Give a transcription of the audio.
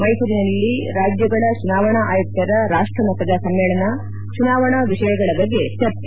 ಮೈಸೂರಿನಲ್ಲಿ ರಾಜ್ಯಗಳ ಚುನಾವಣಾ ಆಯುಕ್ತರ ರಾಷ್ಸಮಟ್ಟದ ಸಮ್ಮೇಳನ ಚುನಾವಣಾ ವಿಪಯಗಳ ಚರ್ಚೆ